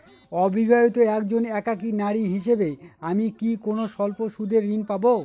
অবিবাহিতা একজন একাকী নারী হিসেবে আমি কি কোনো স্বল্প সুদের ঋণ পাব?